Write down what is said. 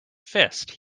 fist